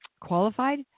qualified